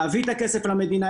להביא את הכסף למדינה.